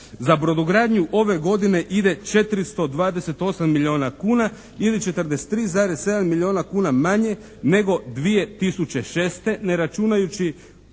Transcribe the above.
Za brodogradnju ove godine ide 428 milijuna kuna ili 43,7 milijuna kuna manje nego 2006., ne računajući